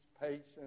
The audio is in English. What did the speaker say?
patience